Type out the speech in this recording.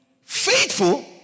faithful